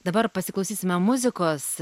dabar pasiklausysime muzikos